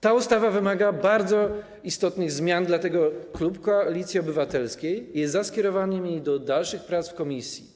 Ta ustawa wymaga bardzo istotnych zmian, dlatego klub Koalicji Obywatelskiej jest za skierowaniem jej do dalszych prac w komisji.